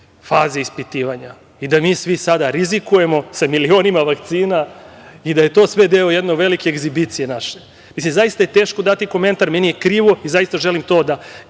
fazi ispitivanja i da mi svi sada rizikujemo sa milionima vakcina i da je to sve deo jedne velike egzibicije naše. Zaista je teško dati komentar. Meni je krivo i zaista želim to da